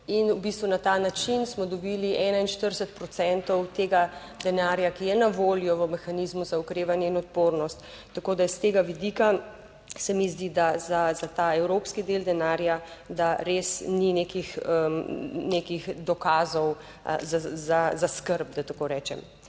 in v bistvu na ta način smo dobili 41 procentov tega denarja, ki je na voljo v mehanizmu za okrevanje in odpornost, tako da s tega vidika se mi zdi, da za ta evropski del denarja, da res ni nekih nekih dokazov za skrb, da tako rečem,